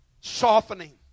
softening